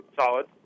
solid